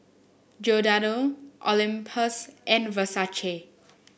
Giordano Olympus and Versace